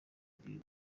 bwiwe